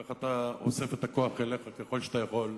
כך אתה אוסף את הכוח אליך ככל שאתה יכול,